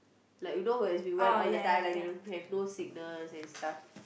like you know who has been well all the time like you know have no sickness and stuff